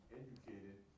educated